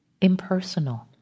impersonal